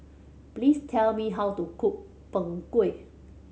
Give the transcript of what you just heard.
please tell me how to cook Png Kueh